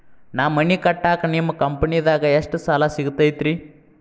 ನಾ ಮನಿ ಕಟ್ಟಾಕ ನಿಮ್ಮ ಕಂಪನಿದಾಗ ಎಷ್ಟ ಸಾಲ ಸಿಗತೈತ್ರಿ?